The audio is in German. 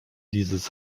dieses